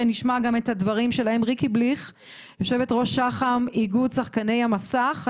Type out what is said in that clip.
נשמע את ריקי בליך מאיגוד שח"ם איגוד שחקני המסך.